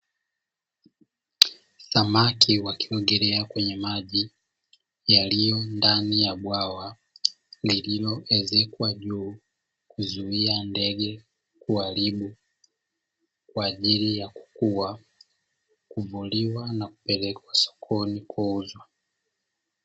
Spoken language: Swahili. Samaki wakiogelea kwenye maji yaliyo ndani ya bwawa, lililoezekwa juu kuzuia ndege kuharibu kwa ajili ya kukua, kuvuliwa na kupelekwa sokoni kuuzwa.